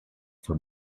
for